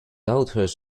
authors